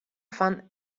fan